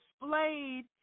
displayed